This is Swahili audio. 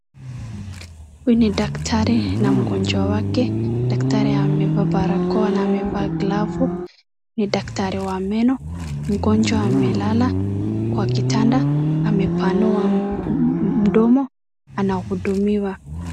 Huyu ni daktari na mgonjwa wake. Daktari amevaa barakoa na amevaa glavu, ni daktari wa meno. Mgonjwa amelala kwa kitanda. Amepanua mdomo anahudumiwa.